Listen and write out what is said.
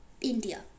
india